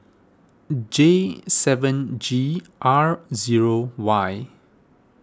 J seven G R zero Y